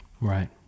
Right